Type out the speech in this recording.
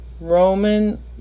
Roman